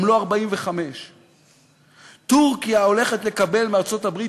גם לא 45. טורקיה הולכת לקבל מארצות-הברית